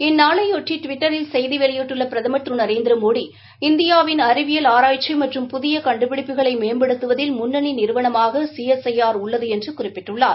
இந்நாளைபொட்டி டுவிட்டரில் செய்தி வெளியிட்டுள்ள பிரதமர் திரு நரேந்திரமோடி இந்தியாவிள் அறிவியல் ஆராய்ச்சி மற்றும் புதிய கண்டுபிடிப்புகளை மேம்படுத்துபதில் முன்னணி நிறுவனமாக உள்ளது என்று குறிப்பிட்டுள்ளார்